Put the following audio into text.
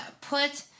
put